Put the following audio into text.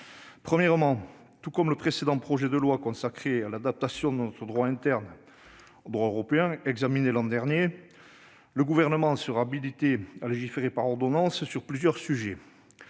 Premièrement, tout comme le précédent projet de loi consacré à l'adaptation de notre droit interne au droit européen examiné l'an dernier, le Gouvernement sera habilité à légiférer par ordonnance sur plusieurs sujets.